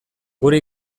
gure